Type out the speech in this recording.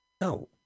No